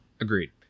Agreed